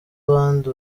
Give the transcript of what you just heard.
abandi